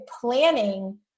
planning